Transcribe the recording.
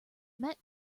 met